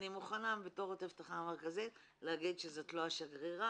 אני מוכנה בתור עוטף תחנה מרכזית להגיד שזאת לא השגרירה,